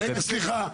רגע, סליחה.